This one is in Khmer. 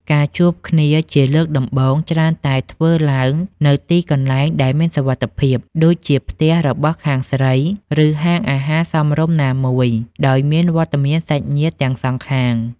ការជួបគ្នាជាលើកដំបូងច្រើនតែធ្វើឡើងនៅទីកន្លែងដែលមានសុវត្ថិភាព ដូចជាផ្ទះរបស់ខាងស្រី ឬហាងអាហារសមរម្យណាមួយ ដោយមានវត្តមានសាច់ញាតិទាំងសងខាង។